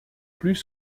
plus